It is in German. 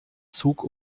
zug